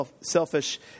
selfish